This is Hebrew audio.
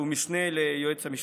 שהוא המשנה ליועמ"ש,